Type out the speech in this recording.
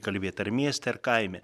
kalbėt ar mieste ar kaime